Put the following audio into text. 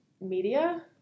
media